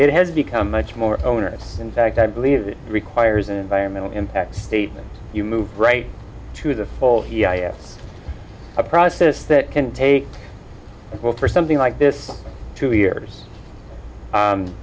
it has become much more onerous in fact i believe it requires environmental impact statement you move right to the fall he i asked a process that can take a while for something like this to yours